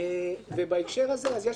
בהקשר הזה יש פה פירוט.